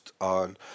on